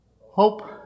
hope